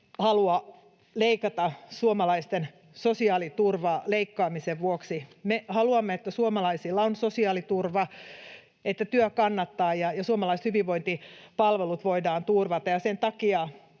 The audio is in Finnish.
halua leikata suomalaisten sosiaaliturvaa leikkaamisen vuoksi. Me haluamme, että suomalaisilla on sosiaaliturva, että työ kannattaa ja suomalaiset hyvinvointipalvelut voidaan turvata, ja sen takia